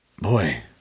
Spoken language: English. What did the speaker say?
Boy